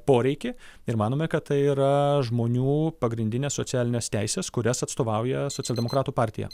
poreikį ir manome kad tai yra žmonių pagrindinės socialinės teisės kurias atstovauja socialdemokratų partija